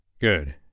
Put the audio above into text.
Good